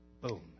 Boom